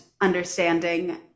understanding